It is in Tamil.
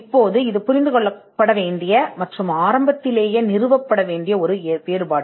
இப்போது இது புரிந்துகொள்ளப்பட வேண்டியது மற்றும் ஆரம்பத்தில் நிறுவப்பட வேண்டிய ஒரு வேறுபாடு